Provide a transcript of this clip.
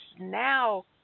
now